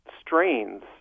strains